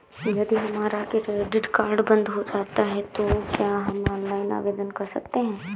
यदि हमारा credit card बंद हो जाता है तो क्या हम ऑनलाइन आवेदन कर सकते हैं?